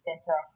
center